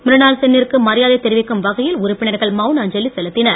மிரினால் சென்னிற்கு மரியாதை தெரிவிக்கும் வகையில் உறுப்பினர்கள் மவுன அஞ்சலி செலுத்தினர்